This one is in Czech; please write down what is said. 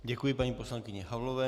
Děkuji paní poslankyni Havlové.